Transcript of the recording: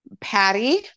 Patty